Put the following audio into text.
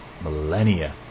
millennia